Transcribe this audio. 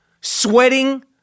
Sweating